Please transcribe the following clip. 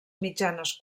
mitjanes